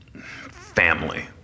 family